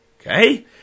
Okay